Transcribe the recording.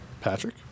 Patrick